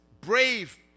brave